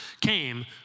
came